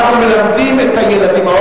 אנחנו מלמדים את הילדים.